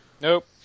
Nope